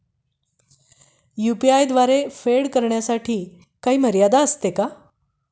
UPI द्वारे फेड करण्यासाठी काही मर्यादा असते का?